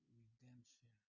redemption